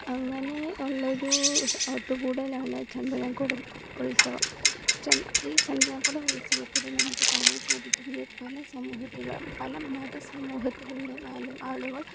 അങ്ങനെയുള്ളൊരു ഒത്തുകൂടലാണ് ചന്ദനക്കുടം ഉത്സവം ചന്ദ് ഈ ചന്ദനകുടം ഉത്സവത്തില് നമുക്ക് കാണാൻ സാധിക്കുന്നത് പല സമൂഹത്തിള്ള പല മത സമൂഹത്തിലുളെളമാലും ആളുകൾ